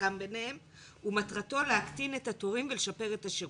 שהוסכם ביניהם ומטרתו להקטין את התורים ולשפר את השירות.